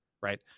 right